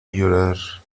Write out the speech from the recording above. llorar